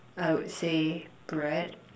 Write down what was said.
I would say bread